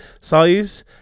size